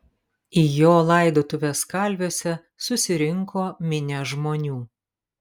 į jo laidotuves kalviuose susirinko minia žmonių